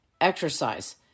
exercise